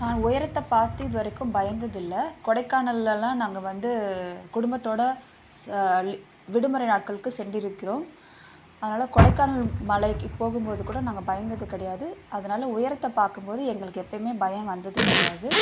நான் உயரத்தை பார்த்து இதுவரைக்கும் பயந்தது இல்லை கொடைகானல்லெலாம் நாங்கள் வந்து குடும்பத்தோடு ஸ லி விடுமுறை நாட்களுக்கு சென்றிருக்கிறோம் அதனால் கொடைக்கானல் மலைக்கு போகும் போது கூட நாங்கள் பயந்தது கிடையாது அதனாலே உயரத்தை பார்க்கும் போது எங்களுக்கு எப்போயுமே பயம் வந்தது கிடையாது